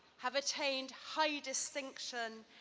have attained high distinction,